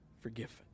forgiven